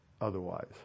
otherwise